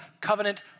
covenant